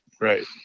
Right